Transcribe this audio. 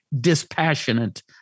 dispassionate